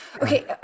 Okay